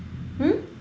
um